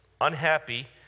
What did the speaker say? Unhappy